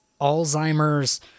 Alzheimer's